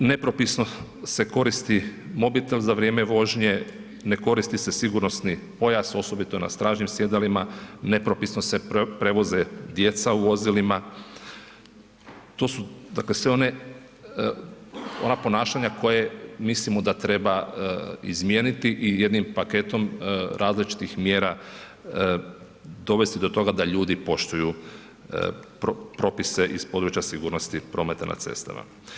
Nepropisno se koristi mobitel za vrijeme vožnje, ne koristi se sigurnosni pojas osobito na stražnjim sjedalima, nepropisno se prevoze djeca u vozilima, to su dakle sve one, ona ponašanja koja mislimo da treba izmijeniti i jednim paketom različitih mjera dovesti do toga da ljudi poštuju propise iz područja sigurnosti prometa na cestama.